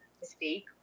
mistake